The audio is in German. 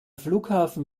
flughafen